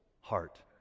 heart